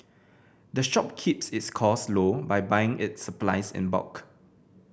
the shop keeps its cost low by buying its supplies in bulk